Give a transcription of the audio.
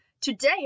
Today